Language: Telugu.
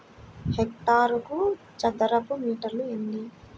హెక్టారుకు చదరపు మీటర్లు ఎన్ని?